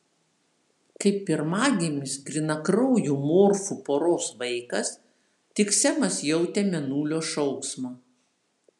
kaip pirmagimis grynakraujų morfų poros vaikas tik semas jautė mėnulio šauksmą